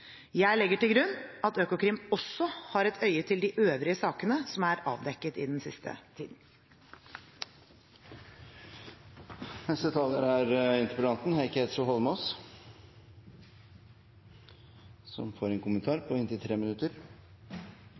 Jeg legger til grunn at Økokrim også har et øye til de øvrige sakene som er avdekket i den siste tiden. Jeg vil takke statsråden for svaret, og jeg vil takke henne for tilbakemeldingen på